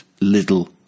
little